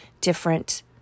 different